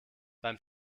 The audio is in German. beim